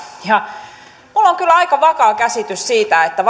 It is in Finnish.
ja minulla on kyllä aika vakaa käsitys siitä että